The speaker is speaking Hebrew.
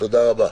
תודה רבה.